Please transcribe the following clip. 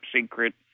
secret